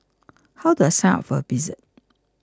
how do I sign up for a visit